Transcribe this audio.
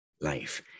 life